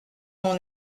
mon